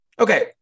Okay